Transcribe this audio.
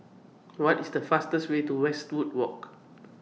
What IS The fastest Way to Westwood Walk